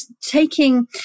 taking